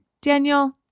Daniel